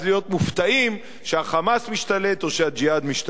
מופתעים שה"חמאס" משתלט או ש"הג'יהאד" משתלט.